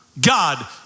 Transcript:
God